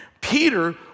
Peter